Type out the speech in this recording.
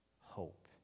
hope